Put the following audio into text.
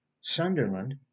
Sunderland